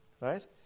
right